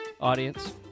audience